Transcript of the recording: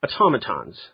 automatons